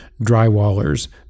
drywallers